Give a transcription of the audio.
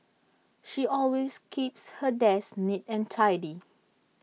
she always keeps her desk neat and tidy